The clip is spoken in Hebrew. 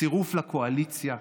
צירוף לקואליציה.